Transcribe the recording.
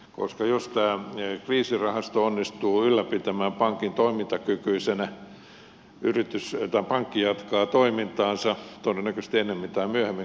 koska jos tämä kriisirahasto onnistuu ylläpitämään pankin toimintakykyisenä pankki jatkaa toimintaansa todennäköisesti ennemmin tai myöhemmin kannattavana